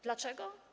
Dlaczego?